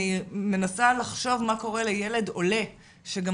אני מנסה לחשוב מה קורה לילד עולה שגם